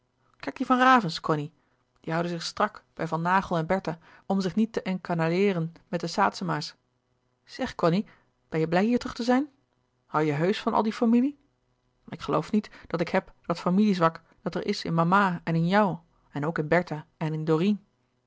kijk die van ravens cony die houden zich strak bij van naghel en bertha om zich niet te encanailleeren met de saetzema's zeg cony ben je blij hier terug te zijn hoû je heusch van al die familie ik geloof niet dat ik heb dat familie zwak dat er is in mama en in jou en ook in bertha en in dorine